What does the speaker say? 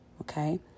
okay